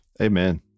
amen